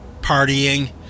partying